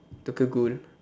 Tokyo-Ghoul